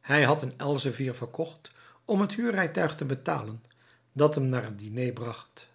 hij had een elzevier verkocht om het huurrijtuig te betalen dat hem naar het diner bracht